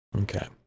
Okay